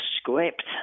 script